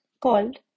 called